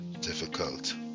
difficult